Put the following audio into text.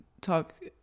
talk